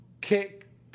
kick